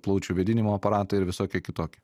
plaučių vėdinimo aparatai ir visokie kitokie